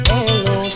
hello